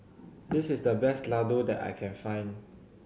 this is the best Ladoo that I can find